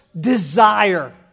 desire